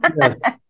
Yes